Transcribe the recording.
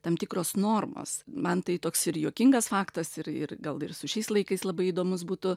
tam tikros normos man tai toks ir juokingas faktas ir ir gal ir su šiais laikais labai įdomus būtų